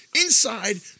Inside